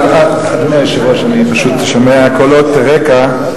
אדוני היושב-ראש, אני פשוט שומע קולות רקע.